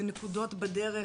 ונקודות בדרך,